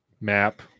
map